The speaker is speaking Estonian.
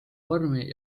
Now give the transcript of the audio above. vormi